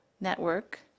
network